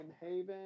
Haven